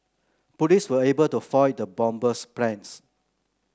police were able to foil the bomber's plans